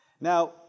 Now